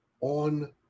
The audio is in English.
on